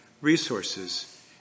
resources